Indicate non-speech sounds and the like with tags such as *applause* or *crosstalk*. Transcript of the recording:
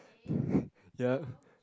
*breath* yup